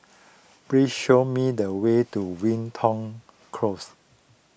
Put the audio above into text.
please show me the way to Wilton Close